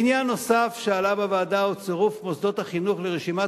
עניין נוסף שעלה בוועדה הוא צירוף מוסדות החינוך לרשימת